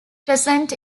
present